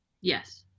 Yes